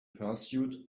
pursuit